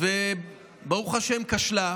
וברוך השם כשלה בזה,